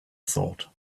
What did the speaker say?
thought